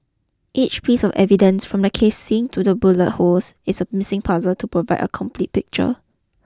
each piece of evidence from the casings to the bullet holes is a missing puzzle to provide a complete picture